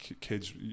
kids